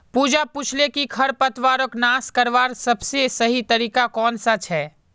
पूजा पूछाले कि खरपतवारक नाश करवार सबसे सही तरीका कौन सा छे